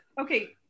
okay